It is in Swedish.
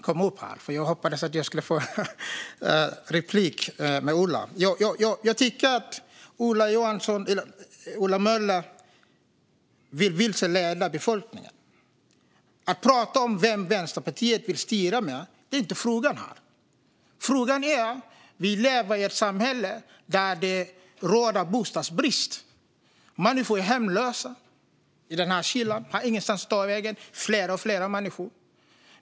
Herr talman! Vad glad jag blir att Ola Möller begärde replik. Jag hoppades att han skulle göra det. Jag tycker att Ola Möller vilseleder befolkningen. Att prata om vem Vänsterpartiet vill styra med är inte frågan här. Vi lever i ett samhälle där det råder bostadsbrist. Människor är hemlösa i denna kyla och har ingenstans att ta vägen. Det gäller fler och fler människor.